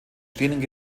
stehenden